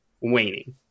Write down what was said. waning